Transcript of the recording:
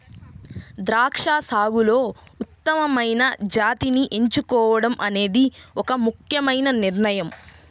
ద్రాక్ష సాగులో ఉత్తమమైన జాతిని ఎంచుకోవడం అనేది ఒక ముఖ్యమైన నిర్ణయం